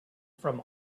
from